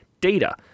data